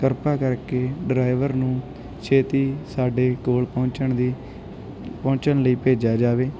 ਕਿਰਪਾ ਕਰਕੇ ਡਰਾਈਵਰ ਨੂੰ ਛੇਤੀ ਸਾਡੇ ਕੋਲ ਪਹੁੰਚਣ ਦੀ ਪਹੁੰਚਣ ਲਈ ਭੇਜਿਆ ਜਾਵੇ